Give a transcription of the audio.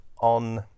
on